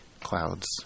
clouds